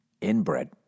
inbred